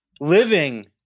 living